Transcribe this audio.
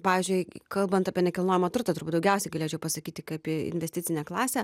pavyzdžiui kalbant apie nekilnojamą turtą turbūt daugiausiai galėčiau pasakyti kaip į investicinę klasę